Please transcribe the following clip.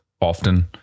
often